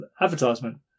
Advertisement